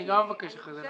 גם אני מבקש אחר כך להתייחס.